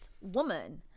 woman